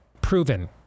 proven